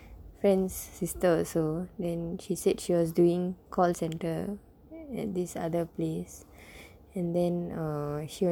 friend's sister also then she said she was doing call centre at this other place and then err she